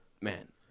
man